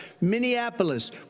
Minneapolis